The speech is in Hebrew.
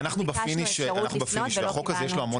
אנחנו ביקשנו אפשרות לפנות ולא קיבלנו.